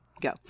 go